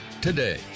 today